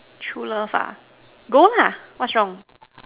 true love ah go lah what's wrong